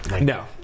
No